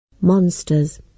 Monsters